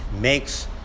makes